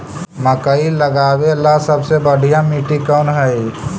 मकई लगावेला सबसे बढ़िया मिट्टी कौन हैइ?